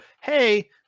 hey